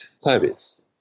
service